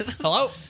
Hello